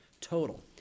total